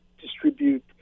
distribute